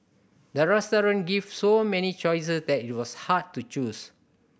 the restaurant gave so many choices that it was hard to choose